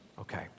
Okay